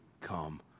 come